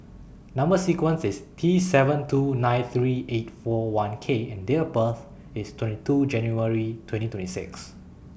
Number sequence IS T seven two nine three eight four one K and Date of birth IS twenty two January twenty twenty six